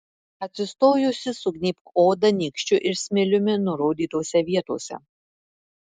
atsistojusi sugnybk odą nykščiu ir smiliumi nurodytose vietose